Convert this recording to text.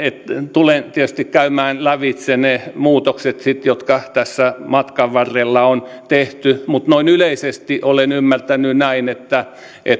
tulen tietysti käymään lävitse ne muutokset sitten jotka tässä matkan varrella on tehty mutta noin yleisesti olen ymmärtänyt että